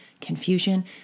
confusion